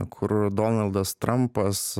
kur donaldas trumpas